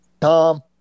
Tom